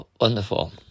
wonderful